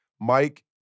Mike